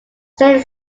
saint